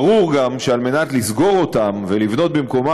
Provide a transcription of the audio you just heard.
ברור גם שכדי לסגור אותם ולבנות במקומם